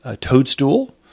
Toadstool